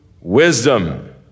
wisdom